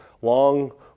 Long